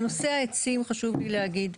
בנושא העצים חשוב לי להגיד,